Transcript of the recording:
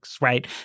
Right